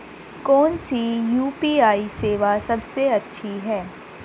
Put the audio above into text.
कौन सी यू.पी.आई सेवा सबसे अच्छी है?